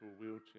wheelchair